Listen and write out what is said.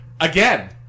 again